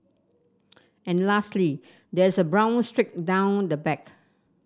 and lastly there is a brown streak down the back